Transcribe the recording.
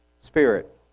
Spirit